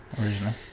originally